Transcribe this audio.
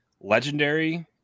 legendary